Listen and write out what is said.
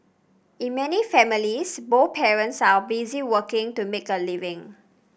in many families both parents are busy working to make a living